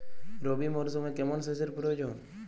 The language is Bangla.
রবি মরশুমে কেমন সেচের প্রয়োজন?